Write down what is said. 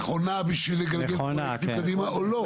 נכונה בשביל לגלגל פרויקטים קדימה או לא?